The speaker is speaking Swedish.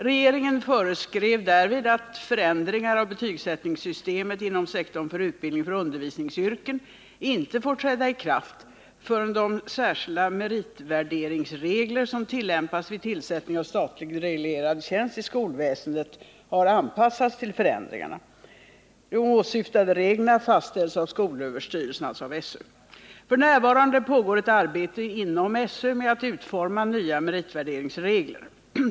Regeringen föreskrev därvid att förändringar av betygsättningssystemet inom sektorn för utbildning för undervisningsyrken inte får träda i kraft förrän de särskilda meritvärderingsregler som tillämpas vid tillsättning av statligt reglerad tjänst i skolväsendet har anpassats till förändringarna. De åsyftade reglerna fastställs av skolöverstyrelsen, SÖ. F. n. pågår ett arbete inom SÖ med att utforma nya meritvärderingsregler.